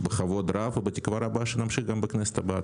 בכבוד רב ובתקווה שנמשיך גם בכנסת הבאה.